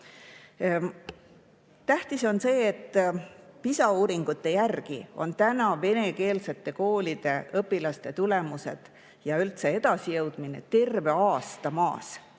Tähtis on see, et PISA uuringute järgi on venekeelsete koolide õpilaste tulemused ja üldse edasijõudmine terve aasta